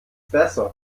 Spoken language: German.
besser